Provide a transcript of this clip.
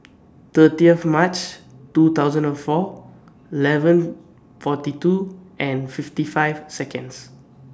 thirtieth March two thousand and four eleven forty two and fifty five Seconds